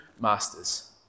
masters